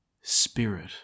spirit